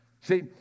See